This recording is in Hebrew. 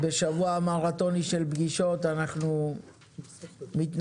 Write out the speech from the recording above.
אנחנו בשבוע מרתוני של פגישות ואנחנו מתנצלים